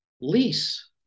lease